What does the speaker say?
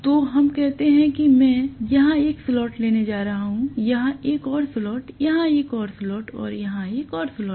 तो हम कहते हैं कि मैं यहां एक स्लॉट लेने जा रहा हूं यहां एक और स्लॉट यहां एक और स्लॉट और यहां एक और स्लॉट